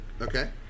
Okay